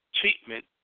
treatment